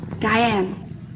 Diane